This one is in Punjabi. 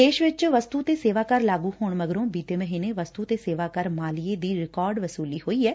ਦੇਸ਼ ਚ ਵਸਤੂ ਤੇ ਸੇਵਾ ਕਰ ਲਾਗੁ ਹੋਣ ਮਗਰੋ ਬੀਤੇ ਮਹੀਨੇ ਵਸਤੂ ਤੇ ਸੇਵਾ ਕਰ ਮਾਲੀਏ ਦੀ ਰਿਕਾਰਡ ਵਸੂਲੀ ਹੋਈ ਐ